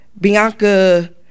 Bianca